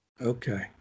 Okay